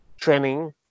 training